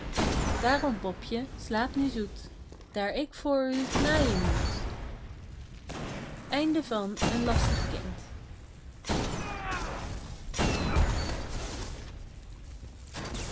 daarom popje slaap nu zoet daar ik voor u naaien moet